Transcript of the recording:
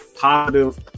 positive